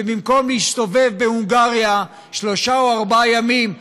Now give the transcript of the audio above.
ובמקום להסתובב בהונגריה שלושה או ארבעה ימים,